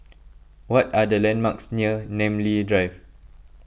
what are the landmarks near Namly Drive